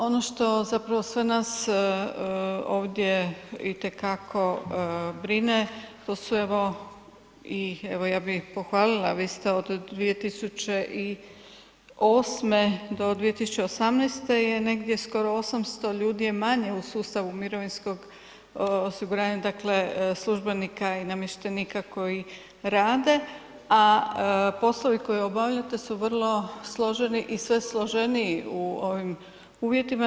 Ono što zapravo sve nas ovdje itekako brine to su evo i evo ja bih pohvalila vi ste od 2008. do 2018. je negdje skoro 800 ljudi je manje u sustavu mirovinskog osiguranja, dakle službenika i namještenika koji rade a poslovi koje obavljate su vrlo složeni i sve složeniji u ovim uvjetima.